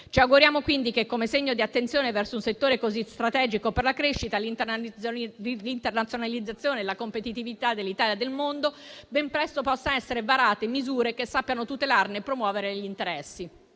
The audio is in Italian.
Ci auguriamo quindi che, come segno di attenzione verso un settore così strategico per la crescita, per l'internazionalizzazione e la competitività dell'Italia nel mondo, ben presto possano essere varate misure che sappiano tutelarne e promuovere gli interessi.